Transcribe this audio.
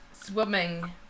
swimming